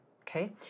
okay